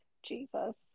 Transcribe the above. jesus